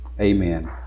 Amen